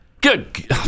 Good